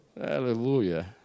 Hallelujah